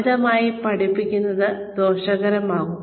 അമിതമായി പഠിക്കുന്നത് ദോഷകരമാകും